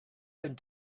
and